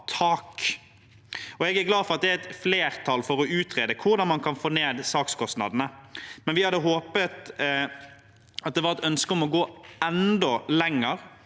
tak. Jeg er glad for at det er flertall for å utrede hvordan man kan få ned sakskostnadene, men vi hadde håpet at det var et ønske om å gå enda lenger,